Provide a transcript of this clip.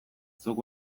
zuk